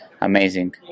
amazing